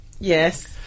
Yes